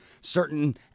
certain